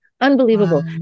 Unbelievable